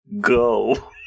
go